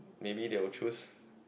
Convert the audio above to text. maybe they will choose